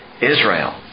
Israel